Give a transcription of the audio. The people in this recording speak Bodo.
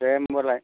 दे होम्बालाय